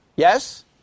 Yes